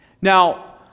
Now